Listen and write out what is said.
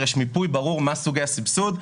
יש מיפוי ברור מה סוגי הסבסוד,